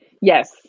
Yes